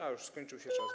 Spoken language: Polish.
A, już skończył się czas.